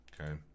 okay